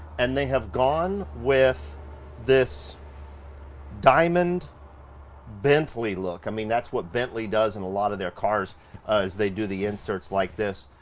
and they have gone with this diamond bentley look i mean, that's what bentley does in a lotta their cars is they do the inserts like this.